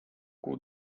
could